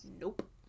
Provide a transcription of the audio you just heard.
nope